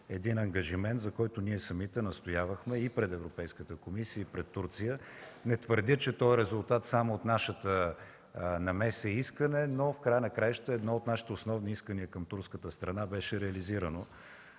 един ангажимент, за който ние самите настоявахме и пред Европейската комисия и пред Турция. Не твърдя, че то е резултат само от нашата намеса и искане, но в края на краищата едно от нашите основни искания към турската страна беше реализирано.